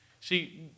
See